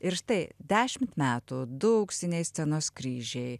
ir štai dešimt metų du auksiniai scenos kryžiai